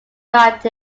described